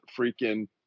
freaking